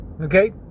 Okay